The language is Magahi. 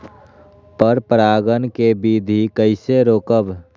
पर परागण केबिधी कईसे रोकब?